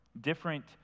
different